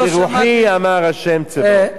"כי אם ברוחי אמר ה' צבאות".